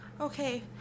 Okay